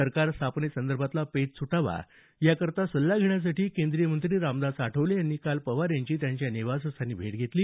सरकार स्थापनेसंदर्भातला पेच सुटावा याकरता सल्ला घेण्यासाठी केंद्रीय मंत्री रामदास आठवले यांनी काल पवार यांची त्यांच्या निवासस्थानी भेट घेतली